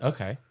Okay